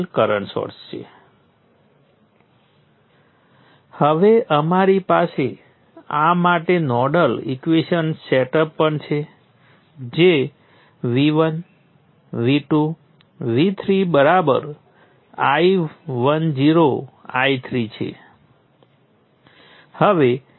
તેથી તે શું છે જ્યારે અમે નોડલ વિશ્લેષણ હાથ ધર્યું ત્યારે અમે દરેક નોડ લીધા હંમેશની જેમ હું આ સંદર્ભ નોડ સાથે વ્યાખ્યાયિત કરીશ અને આ વોલ્ટેજ V1 V2 અને V3 આપે છે